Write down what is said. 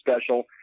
special